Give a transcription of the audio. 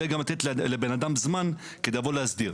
אני יודע גם לתת לבן-אדם זמן כדי לבוא להסדיר.